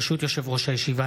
ברשות יושב-ראש הישיבה,